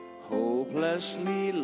hopelessly